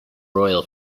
royal